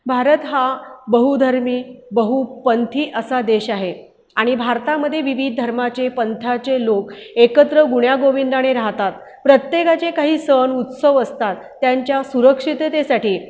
भारत हा बहुधर्मी बहुपंथी असा देश आहे आणि भारतामध्ये विविध धर्माचे पंथाचे लोक एकत्र गुण्यागोविंदाने राहतात प्रत्येकाचे काही सण उत्सव असतात त्यांच्या सुरक्षिततेसाठी